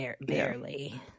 Barely